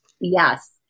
Yes